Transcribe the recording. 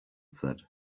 said